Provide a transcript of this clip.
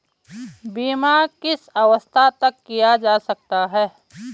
बीमा किस अवस्था तक किया जा सकता है?